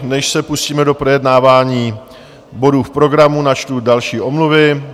Než se pustíme do projednávání bodů programu, načtu další omluvy.